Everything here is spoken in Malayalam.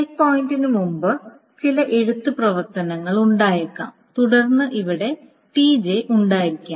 ചെക്ക് പോയിന്റിന് മുമ്പ് ചില എഴുത്ത് പ്രവർത്തനങ്ങൾ ഉണ്ടായേക്കാം തുടർന്ന് ഇവിടെ Tj ഉണ്ടായിരിക്കാം